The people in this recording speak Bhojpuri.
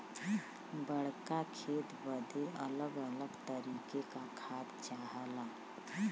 बड़्का खेत बदे अलग अलग तरीके का खाद चाहला